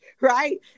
right